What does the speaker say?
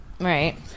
Right